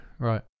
right